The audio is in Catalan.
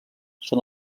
són